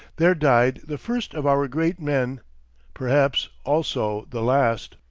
there died the first of our great men perhaps also the last.